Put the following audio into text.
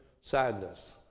sadness